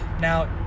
Now